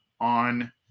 on